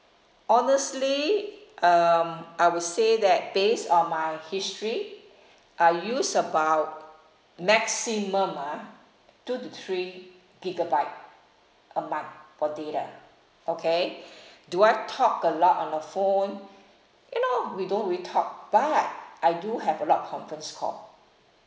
honestly um I will say that based on my history I use about maximum ah two to three gigabyte a month for data okay do I talk a lot on the phone you know we don't really talk but I do have a lot of conference call